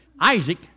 Isaac